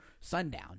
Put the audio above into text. sundown